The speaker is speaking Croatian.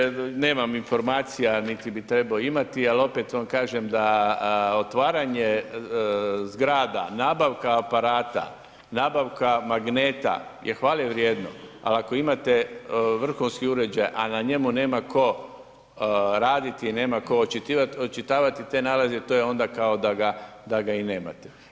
Pa poštovani zastupniče, nemam informacija niti bi trebao imati, ali opet vam kažem da otvaranje zgrada, nabavka aparata, nabavka magneta je hvale vrijedno, ali ako imate vrhunski uređaj, a na njemu nema tko raditi, nema tko očitavati te nalaze to je onda kao da ga i nemate.